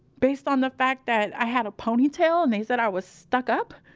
based on the fact that i had a ponytail and they said i was stuck up?